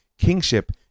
kingship